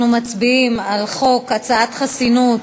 אנחנו מצביעים על הצעת חוק חסינות